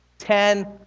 Ten